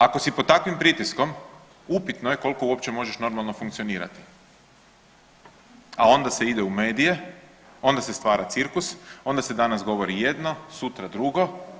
Ako si pod takvim pritiskom upitno je koliko uopće možeš normalno funkcionirati, a onda se ide u medije, onda se stvara cirkus, onda se danas govori jedno, sutra drugo.